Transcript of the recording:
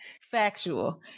Factual